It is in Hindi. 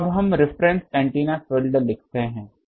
तो अब हम रिफरेन्स एंटीना फील्ड लिखते हैं